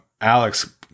Alex